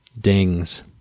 dings